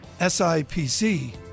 SIPC